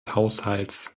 haushalts